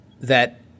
that-